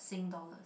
sing dollar